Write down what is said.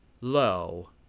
low